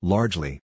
Largely